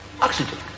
oxygen